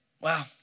Wow